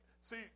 see